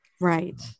Right